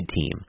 team